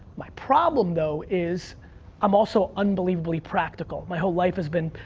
my problem, though, is i'm also unbelievably practical. my whole life has been,